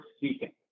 seeking